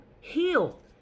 Heal